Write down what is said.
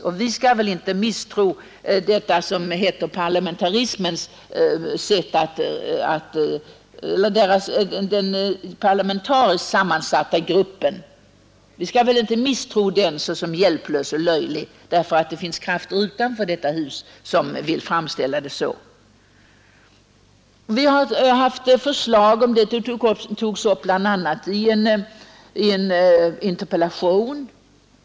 Men vi skall väl inte själva misstro den parlamentariskt sammansatta gruppen och framställa den som hjälplös och löjlig bara därför att det finns krafter utanför detta hus som vill framställa det så. Jag vill minnas att det var fru Kristensson som tog upp denna fråga i en interpellation.